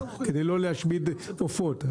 כדי לא להשמיד עופות.